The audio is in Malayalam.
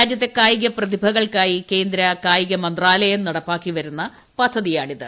രാജ്യത്തെ കായിക പ്രതിഭകൾക്കായി കേന്ദ്ര കായിക മന്ത്രാലയം നടപ്പാക്കിവരുന്ന പദ്ധതിയാണിത്